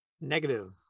Negative